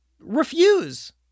refuse